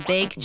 Big